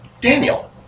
Daniel